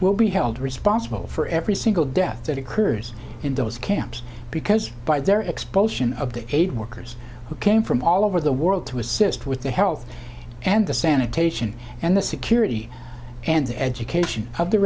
will be held responsible for every single death that occurs in those camps because by their expulsion of the aid workers who came from all over the world to assist with the health and the sanitation and the security and the education of the